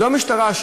לא המשטרה,